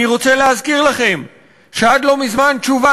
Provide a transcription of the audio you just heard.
אני רוצה להזכיר לכם שעד לא מזמן תשובה